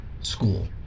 school